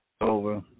over